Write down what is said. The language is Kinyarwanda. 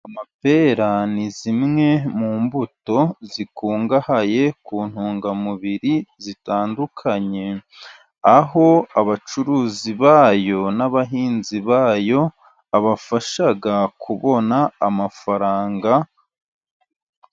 Amapera ni zimwe mu mbuto zikungahaye ku ntungamubiri zitandukanye, aho abacuruzi bayo, n'abahinzi bayo, abafasha kubona amafaranga,..